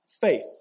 faith